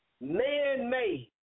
Man-made